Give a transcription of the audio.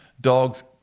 dogs